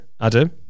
Adam